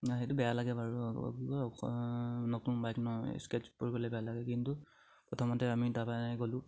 নাই সেইটো বেয়া লাগে বাৰু নতুন বাইক ন স্কেটছ পৰি গ'লে বেয়া লাগে কিন্তু প্ৰথমতে আমি তাৰপা এনেকে গ'লোঁ